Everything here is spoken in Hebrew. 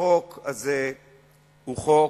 החוק הזה הוא חוק,